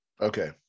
Okay